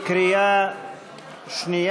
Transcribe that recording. אנחנו מצביעים בקריאה שנייה.